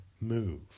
move